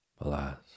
Alas